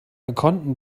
gekonnten